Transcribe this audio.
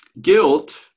guilt